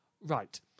Right